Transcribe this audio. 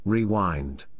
Rewind